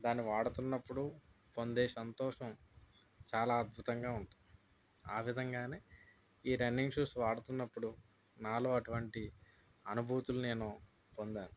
దాన్ని వాడుతున్నప్పుడు పొందే సంతోషం చాలా అద్భుతంగా ఉంటుంది ఆ విధంగా ఈ రన్నింగ్ షూస్ వాడుతున్నప్పుడు నాలో అటువంటి అనుభూతులు నేను పొందాను